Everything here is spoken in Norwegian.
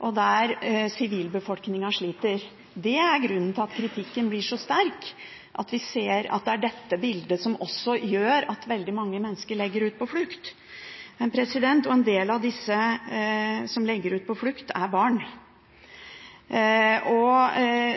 og der sivilbefolkningen sliter. Det er grunnen til at kritikken blir så sterk, at vi ser at det er dette bildet som gjør at veldig mange mennesker legger ut på flukt, og en del av disse som legger ut på flukt, er barn.